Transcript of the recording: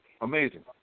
Amazing